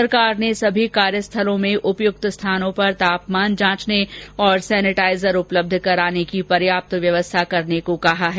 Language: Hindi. सरकार ने सभी कार्यस्थलों में उपयुक्त स्थानों पर तापमान जांचने और सेनिटाइजर उपलब्ध कराने के लिए पर्याप्त व्यवस्था करने को कहा है